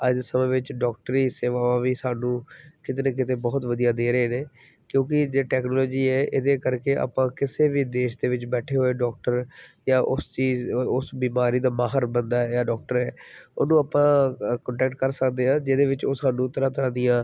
ਅੱਜ ਦੇ ਸਮੇਂ ਵਿੱਚ ਡਾਕਟਰੀ ਸੇਵਾਵਾਂ ਵੀ ਸਾਨੂੰ ਕਿਤੇ ਨਾ ਕਿਤੇ ਬਹੁਤ ਵਧੀਆ ਦੇ ਰਹੇ ਨੇ ਕਿਉਂਕਿ ਜੇ ਟੈਕਨੋਲੋਜੀ ਹੈ ਇਹਦੇ ਕਰਕੇ ਆਪਾਂ ਕਿਸੇ ਵੀ ਦੇਸ਼ ਦੇ ਵਿੱਚ ਬੈਠੇ ਹੋਏ ਡਾਕਟਰ ਜਾਂ ਉਸ ਚੀਜ਼ ਉਸ ਬਿਮਾਰੀ ਦਾ ਮਾਹਰ ਬੰਦਾ ਹੈ ਜਾਂ ਡਾਕਟਰ ਹੈ ਉਹਨੂੰ ਆਪਾਂ ਅ ਕੋਂਟੈਕਟ ਕਰ ਸਕਦੇ ਹਾਂ ਜਿਹਦੇ ਵਿੱਚ ਉਹ ਸਾਨੂੰ ਤਰ੍ਹਾਂ ਤਰ੍ਹਾਂ ਦੀਆਂ